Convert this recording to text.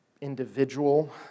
individual